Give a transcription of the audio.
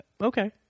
Okay